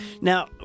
Now